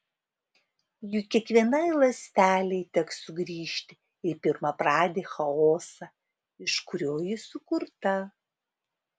juk kiekvienai ląstelei teks sugrįžti į pirmapradį chaosą iš kurio ji sukurta